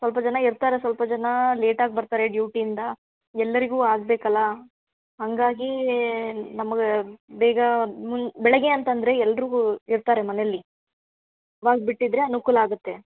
ಸ್ವಲ್ಪ ಜನ ಇರ್ತಾರೆ ಸ್ವಲ್ಪ ಜನ ಲೇಟಾಗಿ ಬರ್ತಾರೆ ಡ್ಯೂಟಿಯಿಂದ ಎಲ್ಲರಿಗೂ ಆಗಬೇಕಲ್ಲ ಹಾಗಾಗಿ ನಮ್ಗೆ ಬೇಗ ಬೆಳಗ್ಗೆ ಅಂತಂದರೆ ಎಲ್ರಿಗೂ ಇರ್ತಾರೆ ಮನೇಲಿ ಇವಾಗ ಬಿಟ್ಟಿದ್ದರೆ ಅನುಕೂಲ ಆಗುತ್ತೆ